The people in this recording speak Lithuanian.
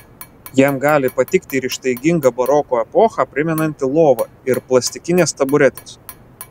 jam gali patikti ir ištaiginga baroko epochą primenanti lova ir plastikinės taburetės